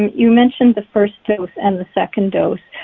you mentioned the first dose and the second dose.